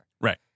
Right